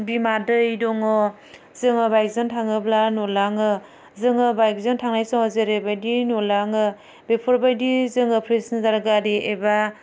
बिमा दै दङ जोङो बाइकजों थाङोब्ला नुलाङो जोङो बाइकजों थांनाय समाव जेरैबायदि नुलाङो बेफोर बायदि जोङो पेसेन्जार गारि एबा